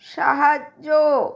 সাহায্য